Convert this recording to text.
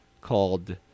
called